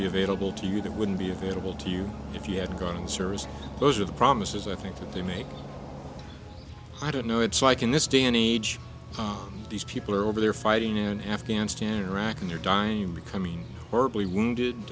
be available to you that wouldn't be available to you if you had gotten service those are the promises i think that they make i don't know it's like in this day any age these people are over there fighting in afghanistan or iraq and they're dying becoming horribly wounded